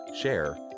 share